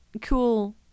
cool